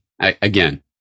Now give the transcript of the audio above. again